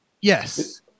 yes